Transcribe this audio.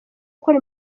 gukora